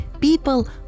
people